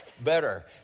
better